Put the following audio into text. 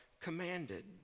commanded